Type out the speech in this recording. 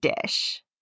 dish